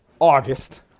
August